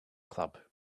club